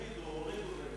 הורידו.